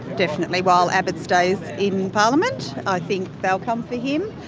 definitely. while abbott stays in parliament, i think they'll come for him,